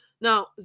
Now